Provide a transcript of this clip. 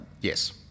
Yes